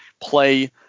play